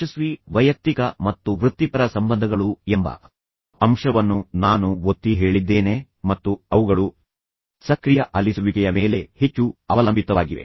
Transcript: ಯಶಸ್ವಿ ವೈಯಕ್ತಿಕ ಮತ್ತು ವೃತ್ತಿಪರ ಸಂಬಂಧಗಳು ಎಂಬ ಅಂಶವನ್ನು ನಾನು ಒತ್ತಿ ಹೇಳಿದ್ದೇನೆ ಮತ್ತು ಅವುಗಳು ಸಕ್ರಿಯ ಆಲಿಸುವಿಕೆಯ ಮೇಲೆ ಹೆಚ್ಚು ಅವಲಂಬಿತವಾಗಿವೆ